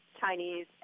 Chinese